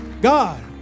God